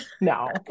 No